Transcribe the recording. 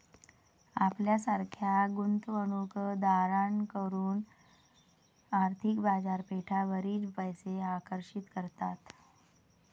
आपल्यासारख्या गुंतवणूक दारांकडून आर्थिक बाजारपेठा बरीच पैसे आकर्षित करतात